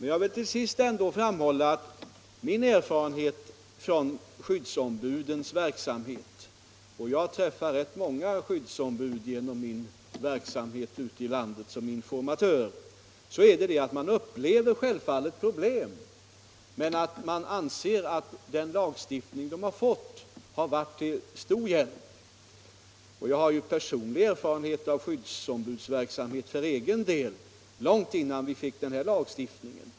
Jag vill framhålla att min erfarenhet beträffande skyddsombudens verksamhet — och jag träffar rätt många skyddsombud när jag reser runt i landet som informatör — är att det självfallet finns problem men att skyddsombuden anser att den lagstiftning man fått varit till stor hjälp. Jag har ju personlig erfarenhet av skyddsombudsverksamhet långt innan vi fick den här lagstiftningen.